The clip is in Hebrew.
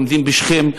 לומדים בשכם,